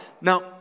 Now